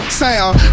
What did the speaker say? sound